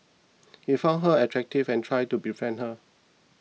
he found her attractive and tried to befriend her